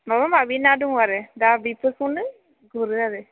माबामाबि ना दङ आरो दा बेफोरखौनो गुरो आरो